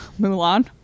Mulan